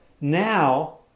now